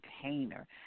container